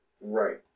Right